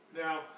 Now